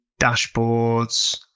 dashboards